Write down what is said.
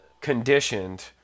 conditioned